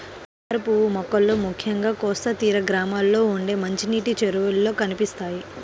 తామరపువ్వు మొక్కలు ముఖ్యంగా కోస్తా తీర గ్రామాల్లో ఉండే మంచినీటి చెరువుల్లో కనిపిస్తాయి